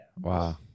Wow